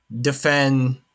defend